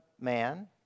Man